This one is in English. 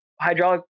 hydraulic